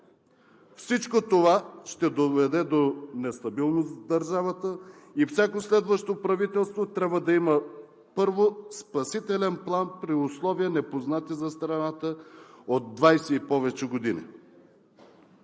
Всичко това ще доведе до нестабилност в държавата и всяко следващо правителство трябва да има, първо, спасителен план при условия, непознати за страната от 20 и повече години.